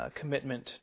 commitment